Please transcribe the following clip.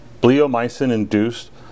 bleomycin-induced